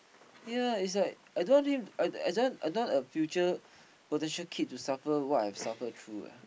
ya it's like I don't want him as in I don't want I don't want a future position kids suffer what I suffer through eh